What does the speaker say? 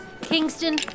Kingston